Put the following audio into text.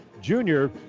junior